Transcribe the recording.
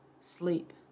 sleep